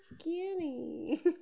skinny